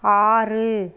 ஆறு